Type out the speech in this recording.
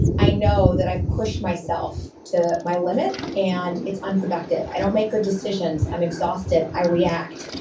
i know that i've pushed myself to my limit and it's unproductive. i don't make good decisions. i'm exhausted. i react.